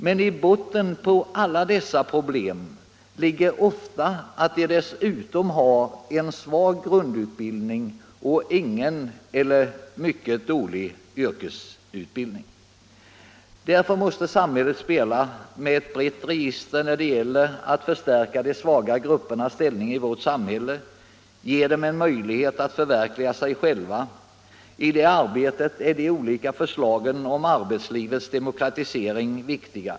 Men i botten på alla dessa problem ligger ofta att de dessutom har en svag grundutbildning och ingen eller mycket dålig yrkesutbildning. Därför måste samhället spela över ett brett register när det gäller att förstärka de svaga gruppernas ställning i vårt samhälle och ge dem som tillhör dessa en möjlighet att förverkliga sig själva. I det arbetet är de olika förslagen om arbetslivets demokratisering viktiga.